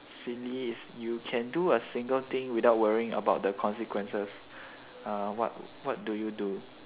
silly is you can do a single thing without worrying about the consequences uh what what do you do